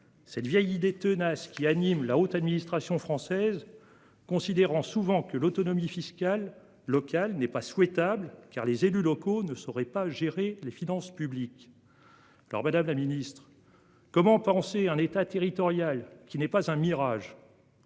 cette vieille idée tenace qui anime la haute administration française. Considérant souvent que l'autonomie fiscale locale n'est pas souhaitable, car les élus locaux ne saurait pas gérer les finances publiques. Alors Madame la Ministre comment penser un État territoriale qui n'est pas un mirage.